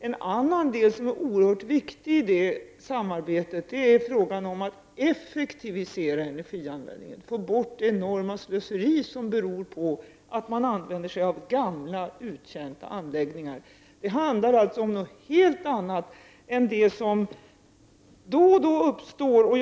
En annan sak som är oerhört viktig i samarbetet är att effektivisera elanvändningen, få bort det enorma slöseri som beror på att man använder sig av gamla och uttjänta anläggningar. Det handlar alltså om någonting helt annat än vad som då och då påstås i debatten.